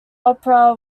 opera